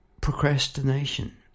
procrastination